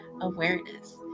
awareness